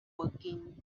woking